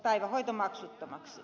päivähoito maksuttomaksi